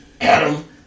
Adam